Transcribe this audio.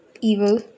evil